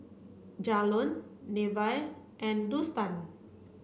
Jalon Nevaeh and Dustan